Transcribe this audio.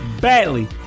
badly